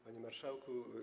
Panie Marszałku!